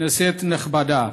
כנסת נכבדה,